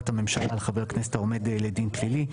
הממשלה על חבר כנסת העומד לדין פלילי.